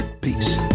peace